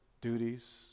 duties